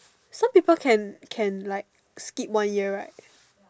some people can can like skip one year right